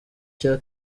cya